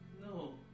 no